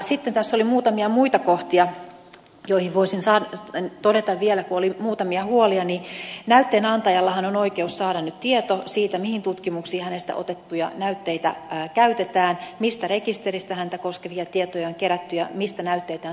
sitten tässä oli muutamia muita kohtia joihin voisin todeta vielä kun oli muutamia huolia että näytteen antajallahan on oikeus saada tieto siitä mihin tutkimuksiin hänestä otettuja näytteitä käytetään mistä rekisteristä häntä koskevia tietoja on kerätty ja mistä näytteitä on tutkittu